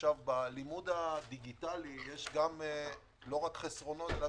בלימוד הדיגיטלי יש גם יתרונות, לא רק חסרונות.